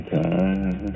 time